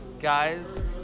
Guys